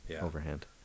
overhand